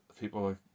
people